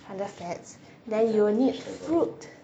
under fats then you will need fruit